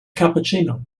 cappuccino